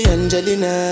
Angelina